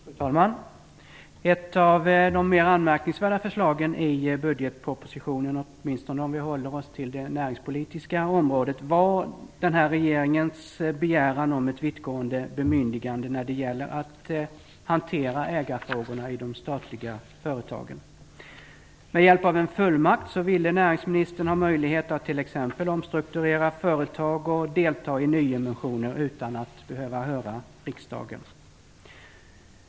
Fru talman! Ett av de mer anmärkningsvärda förslagen i budgetpropositionen, åtminstone om vi håller oss till det näringpolitiska området, var regeringens begäran om ett vittgående bemyndigande när det gäller att hantera ägarfrågorna i de statliga företagen. Med hjälp av en fullmakt ville näringsministern ha möjlighet att t.ex. omstrukturera företag och delta i nyemissioner utan att behöva höra riksdagen.